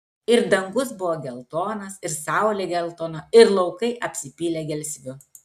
ir dangus buvo geltonas ir saulė geltona ir laukai apsipylė gelsviu